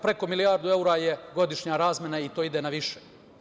Preko milijardu evra je godišnja razmena i to ide na više.